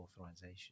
authorization